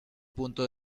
punto